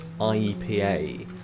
IEPA